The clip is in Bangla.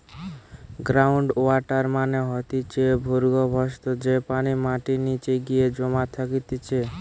গ্রাউন্ড ওয়াটার মানে হতিছে ভূর্গভস্ত, যেই পানি মাটির নিচে গিয়ে জমা থাকতিছে